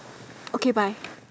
okay bye